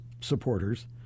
supporters